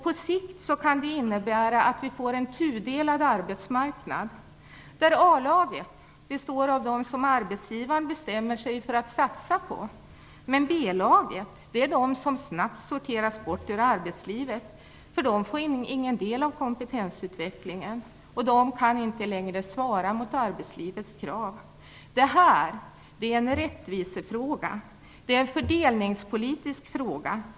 På sikt kan det innebära att vi får en tudelad arbetsmarknad, där A-laget består av dem som arbetsgivaren bestämmer sig för att satsa på, medan B-laget är de som snabbt sorteras bort ur arbetslivet, för de får ingen del av kompetensutvecklingen och kan inte längre svara mot arbetslivets krav. Detta är en rättvisefråga och en fördelningspolitisk fråga.